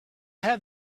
have